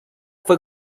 fue